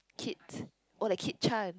Kate oh the Kate-Chan